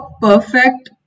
perfect